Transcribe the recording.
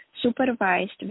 supervised